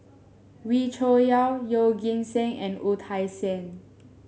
Wee Cho Yaw Yeoh Ghim Seng and Wu Tsai Yen